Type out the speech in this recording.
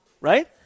Right